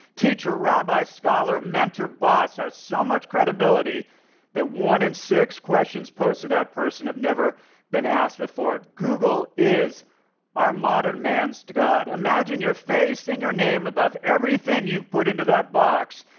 teacher, rabbi, scholar, mentor, boss has so much credibility that one in six questions posed to that person have never been asked before? google is our modern man's god. imagine your face and your name above everything you've put into that box,